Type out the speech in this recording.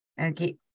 Okay